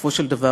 בסופו של דבר,